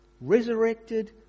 resurrected